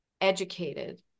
educated